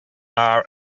are